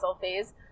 phase